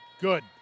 Good